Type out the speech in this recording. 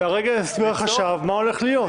והרגע הסביר החשב מה הולך להיות.